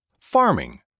farming